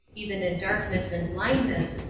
even in darkness and blindness,